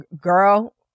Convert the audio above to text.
girl